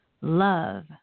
love